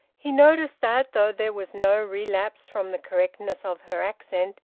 he noticed that, though there was no relapse from the correctness of her accent,